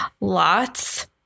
lots